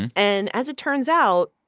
and and as it turns out,